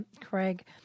Craig